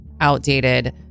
outdated